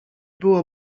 było